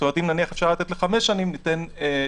זאת אומרת, אם אפשר היה נניח לחמש שנים, ניתן שנה.